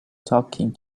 talking